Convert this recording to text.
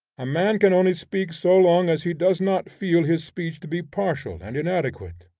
a man can only speak so long as he does not feel his speech to be partial and inadequate.